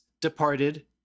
Departed